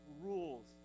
rules